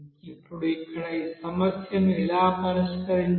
ఇప్పుడు ఇక్కడ ఈ సమస్యను ఎలా పరిష్కరించాలి